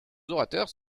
orateurs